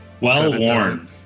Well-worn